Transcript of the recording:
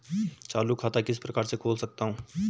चालू खाता किस प्रकार से खोल सकता हूँ?